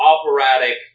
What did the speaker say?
operatic